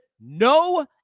no